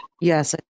yes